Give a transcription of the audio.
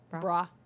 Bra